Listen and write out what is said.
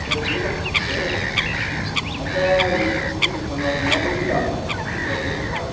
सियार table नांगौमोन आंनो आच्चा नोंनि दखानाव माबायदि दाम सियार टेबोलफ्रा